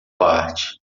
parte